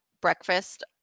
breakfast